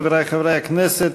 חברי חברי הכנסת,